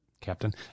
Captain